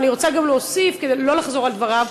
אבל אני רוצה גם להוסיף, כדי שלא לחזור על דבריו,